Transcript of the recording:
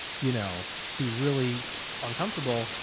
you know, be really uncomfortable.